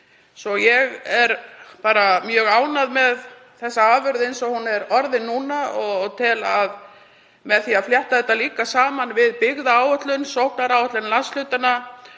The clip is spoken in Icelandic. Ég er því mjög ánægð með þessa afurð eins og hún er orðin núna og tel að með því að flétta þetta saman við byggðaáætlun, sóknaráætlun landshlutanna,